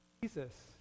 Jesus